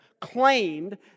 claimed